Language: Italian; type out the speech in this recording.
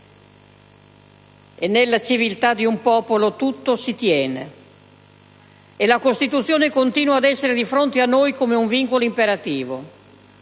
nella civiltà di un popolo tutto si tiene. La Costituzione continua ad essere di fronte a noi come un vincolo imperativo